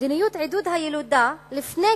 מדיניות עידוד הילודה לפני